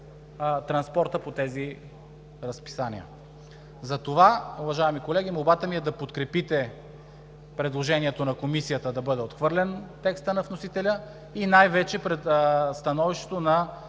транспорта по тези разписания. Затова, уважаеми колеги, молбата ми е да подкрепите предложението на Комисията да бъде отхвърлен текстът на вносителя, и най-вече становището на